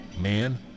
man